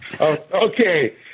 Okay